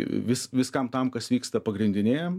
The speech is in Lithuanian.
vis viskam tam kas vyksta pagrindinėje